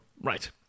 Right